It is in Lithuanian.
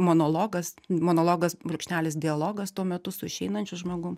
monologas monologas brūkšnelis dialogas tuo metu su išeinančiu žmogum